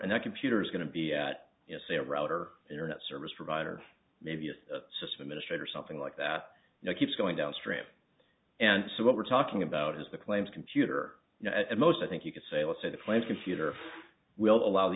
and the computer is going to be at say a router internet service provider maybe a system administrator something like that you know keeps going downstream and so what we're talking about is the claims computer at most i think you can say let's say the plane's computer will allow the